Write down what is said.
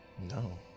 No